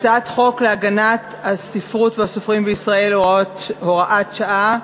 הצעת חוק להגנת הספרות והסופרים בישראל (הוראת שעה),